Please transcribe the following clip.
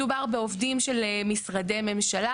מדובר בעובדים של משרדי ממשלה,